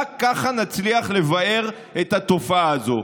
רק ככה נצליח לבער את התופעה הזו.